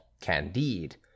candide